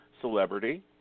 celebrity